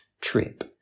trip